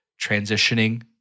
transitioning